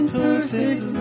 perfect